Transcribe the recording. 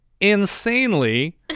Insanely